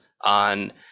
on